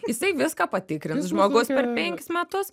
jisai viską patikrins žmogus per penkis metus